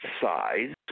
size